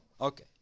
Okay